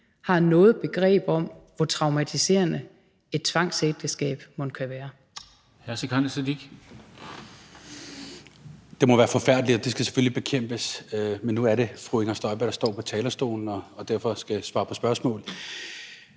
Sikandar Siddique. Kl. 15:55 Sikandar Siddique (UFG): Det må være forfærdeligt, og det skal selvfølgelig bekæmpes, men nu er det fru Inger Støjberg, der står på talerstolen og derfor skal svare på spørgsmål.